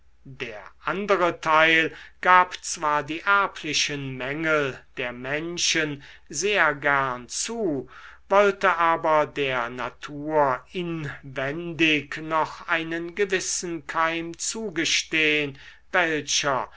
der andere teil gab zwar die erblichen mängel der menschen sehr gern zu wollte aber der natur inwendig noch einen gewissen keim zugestehn welcher